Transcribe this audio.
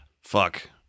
Fuck